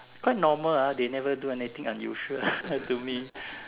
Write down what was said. quite normal ah they never do anything unusual to me